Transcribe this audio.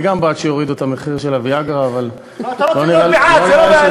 גם אני בעד הורדת מחיר ה"ויאגרה" אתה לא צריך להיות בעד.